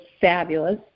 fabulous